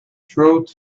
throat